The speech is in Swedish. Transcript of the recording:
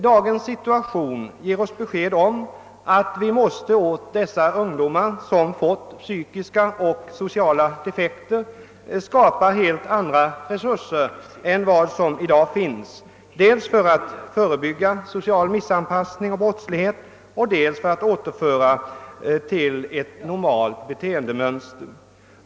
Dagens situation ger oss besked om att vi åt de ungdomar som fått psykiska och sociala defekter måste skapa helt andra resurser än de som finns nu, dels för att förebygga social missanpassning och . brottslighet, dels för att få ungdomarna att handla efter ett normalt beteendemönster.